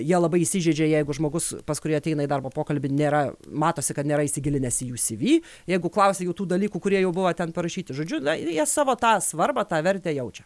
jie labai įsižeidžia jeigu žmogus pas kurį ateina į darbo pokalbį nėra matosi kad nėra įsigilinęs į jų syvy jeigu klausia jų tų dalykų kurie jau buvo ten parašyti žodžiu na ir jie savo tą svarbą tą vertę jaučia